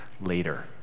later